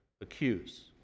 accuse